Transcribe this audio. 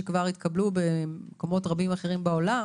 שכבר התקבלו במקומות אחרים בעולם